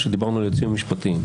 כשדיברנו על היועצים המשפטיים.